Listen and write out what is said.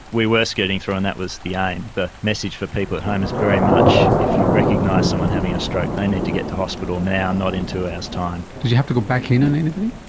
we were scooting through, and that was the aim. the message for people at home is very much if you recognise someone having a stroke, they need to get to hospital now, not in two hours time. did you have to go back in on anybody?